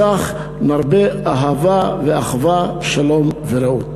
ובכך נרבה אהבה ואחווה, שלום ורעות.